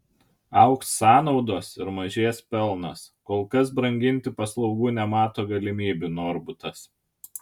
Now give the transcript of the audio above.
augs sąnaudos ir mažės pelnas kol kas branginti paslaugų nemato galimybių norbutas